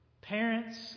parents